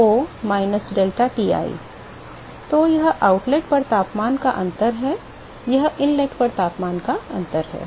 तो यह आउटलेट पर तापमान का अंतर है यह इनलेट पर तापमान का अंतर है